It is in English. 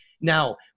Now